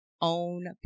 own